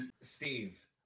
Steve